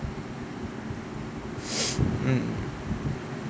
mm